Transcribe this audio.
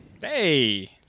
Hey